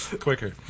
quicker